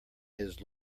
his